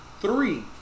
Three